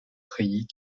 treillis